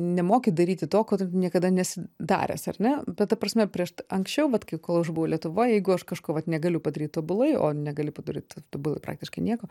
nemoki daryti to ko tu niekada nesi daręs ar ne bet ta prasme prieš anksčiau vat kol aš buvau lietuvoj jeigu aš kažko vat negaliu padaryt tobulai o negali padaryt tobulai praktiškai nieko